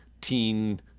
teen